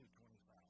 25